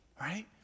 right